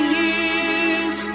years